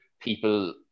people